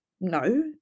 no